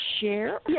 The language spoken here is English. share